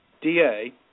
DA